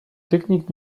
techniques